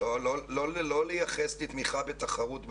לא לייחס לי תמיכה בתחרות בשוק.